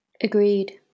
Agreed